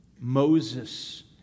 Moses